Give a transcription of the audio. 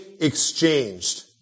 exchanged